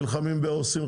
הם נלחמים באסם,